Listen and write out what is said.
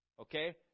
Okay